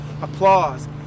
Applause